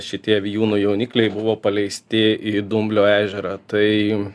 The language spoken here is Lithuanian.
šitie vijūnų jaunikliai buvo paleisti į dumblio ežerą tai